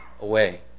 away